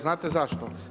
Znate zašto?